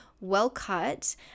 well-cut